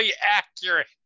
accurate